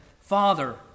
Father